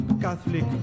Catholic